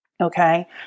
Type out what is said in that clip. Okay